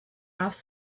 off